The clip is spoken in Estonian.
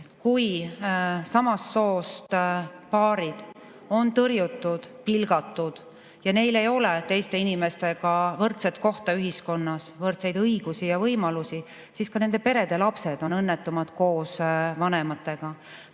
Kui samast soost paarid on tõrjutud, pilgatud ja neil ei ole teiste inimestega võrdset kohta ühiskonnas, võrdseid õigusi ja võimalusi, siis ka nende perede lapsed on õnnetumad koos vanematega.